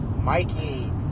Mikey